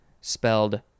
spelled